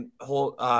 hold